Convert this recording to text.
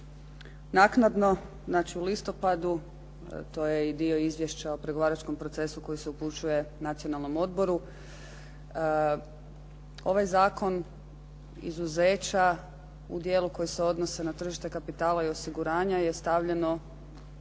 naknadno znači u listopadu to je i dio izvješća o pregovaračkom procesu koji se upućuje Nacionalnom odboru ovaj zakon izuzeća u dijelu koji se odnose na tržište kapitala i osiguranja je stavljeno